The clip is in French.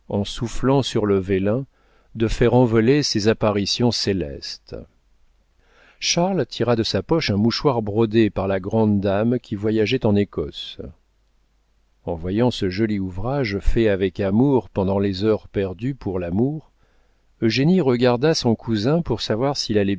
en soufflant sur le vélin de faire envoler ces apparitions célestes charles tira de sa poche un mouchoir brodé par la grande dame qui voyageait en écosse en voyant ce joli ouvrage fait avec amour pendant les heures perdues pour l'amour eugénie regarda son cousin pour savoir s'il allait